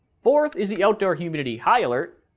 fourth, is the outdoor humidity high alert.